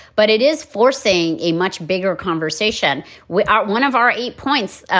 but it is forcing a much bigger conversation without one of our eight points.